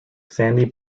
sandy